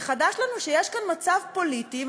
זה חדש לנו שיש כאן מצב פוליטי,